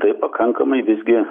tai pakankamai visgi